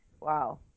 Wow